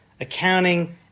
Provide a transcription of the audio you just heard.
accounting